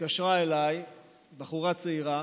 התקשרה אליי בחורה צעירה